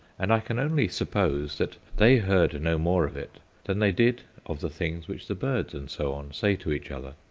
and i can only suppose that they heard no more of it than they did of the things which the birds and so on say to each other.